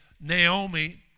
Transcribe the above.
Naomi